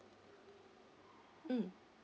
mm